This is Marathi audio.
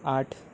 आठ